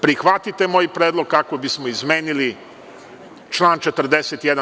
Prihvatite moj predlog, kako bismo izmenili član 41.